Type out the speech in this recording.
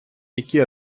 які